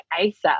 ASAP